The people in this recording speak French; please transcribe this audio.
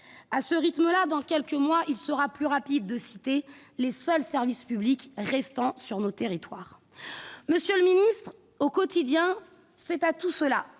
À ce rythme-là, dans quelques mois, il sera plus rapide de citer les seuls services publics restant dans nos territoires. Monsieur le ministre, au quotidien, c'est à tout cela